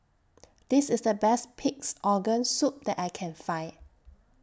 This IS The Best Pig'S Organ Soup that I Can Find